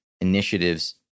initiatives